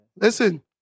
Listen